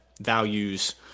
values